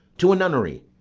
to a nunnery,